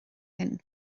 hyn